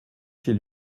chez